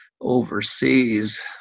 overseas